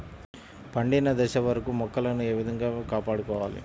పండిన దశ వరకు మొక్కలను ఏ విధంగా కాపాడుకోవాలి?